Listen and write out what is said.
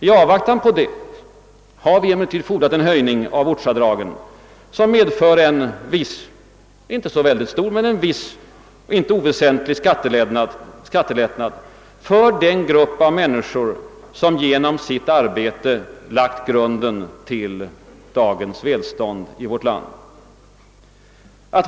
I avvaktan på utredning har vi emellertid fordrat en höjning av ortsavdragen som medför en viss, inte så stor men dock inte oväsentlig, skattelättnad för den grupp av människor som genom sitt arbete lagt grunden till dagens välstånd i vårt land.